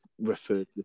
referred